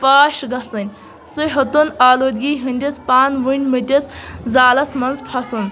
پھاش گژھٕنۍ سُہ ہیوٚتُن آلودگی ہٕنٛدِس پان ؤنۍمٔتِس زالس منٛز پھسُن